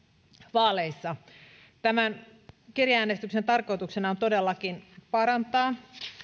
vaaleissa tämän kirjeäänestyksen tarkoituksena on todellakin parantaa